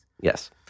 Yes